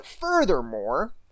furthermore